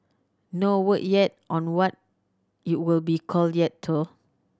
no word yet on what it'll be called yet though